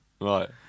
right